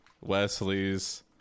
Wesley's